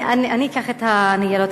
אני אקח את הניירות,